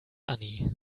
annie